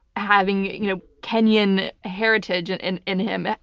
having you know kenyan heritage and in in him,